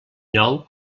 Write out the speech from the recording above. nou